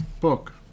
book